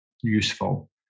useful